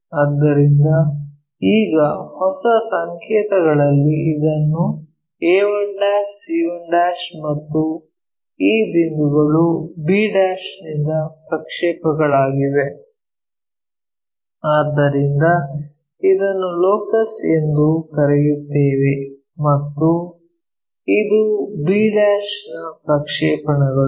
ಆದ್ದರಿಂದ ಈಗ ಹೊಸ ಸಂಕೇತಗಳಲ್ಲಿ ಇದು a1 c1 ಮತ್ತು ಈ ಬಿಂದುಗಳು b ನಿಂದ ಪ್ರಕ್ಷೇಪಗಳಾಗಿವೆ ಆದ್ದರಿಂದ ಇದನ್ನು ಲೋಕಸ್ ಎಂದು ಕರೆಯುತ್ತೇವೆ ಮತ್ತು ಇದು b ಯ ಪ್ರಕ್ಷೇಪಣಗಳು